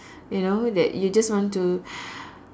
you know that you just want to